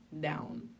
down